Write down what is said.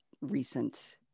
recent